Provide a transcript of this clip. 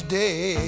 day